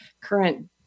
current